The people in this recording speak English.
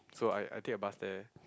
so I I take a bus there